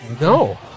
No